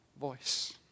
voice